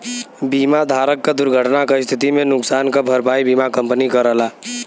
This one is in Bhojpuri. बीमा धारक क दुर्घटना क स्थिति में नुकसान क भरपाई बीमा कंपनी करला